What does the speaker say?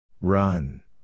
Run